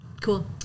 Cool